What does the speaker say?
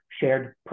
shared